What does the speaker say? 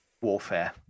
warfare